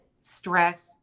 stress